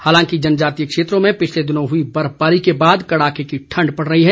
हालांकि जनजातीय क्षेत्रों में पिछले दिनों हुई बर्फबारी के बाद कड़ाके की ठंड पड़ रही है